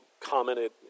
commented